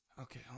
Okay